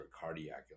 cardiac